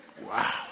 Wow